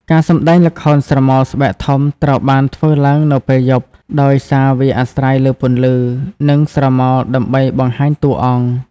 ការសម្តែងល្ខោនស្រមោលស្បែកធំត្រូវបានធ្វើឡើងនៅពេលយប់ ដោយសារវាអាស្រ័យលើពន្លឺ និងស្រមោលដើម្បីបង្ហាញតួអង្គ។